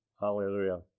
Hallelujah